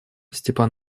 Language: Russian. степан